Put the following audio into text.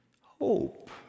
hope